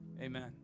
Amen